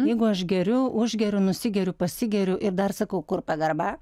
jeigu aš geriu užgeriu nusigeriu pasigeriu ir dar sakau kur pagarba